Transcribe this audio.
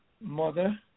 mother